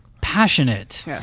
passionate